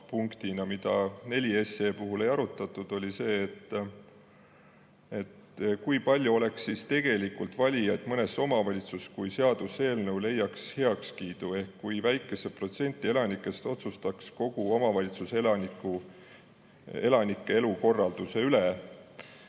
punkt, mida 4 SE puhul ei arutatud, oli see, et kui palju oleks siis tegelikult valijaid mõnes omavalitsuses, kui seaduseelnõu leiaks heakskiidu, ehk kui väike protsent elanikest otsustaks kogu omavalitsuse elanike elukorralduse üle.